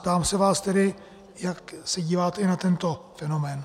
Ptám se vás tedy, jak se díváte na tento fenomén.